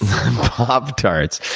pop-tarts.